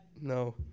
No